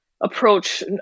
approach